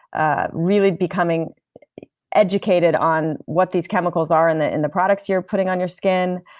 ah really becoming educated on what these chemicals are in the in the products you're putting on your skin,